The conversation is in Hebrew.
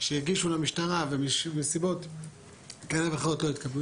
שהגישו למשטרה ומסיבות כאלה ואחרות לא התקבלו,